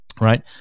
right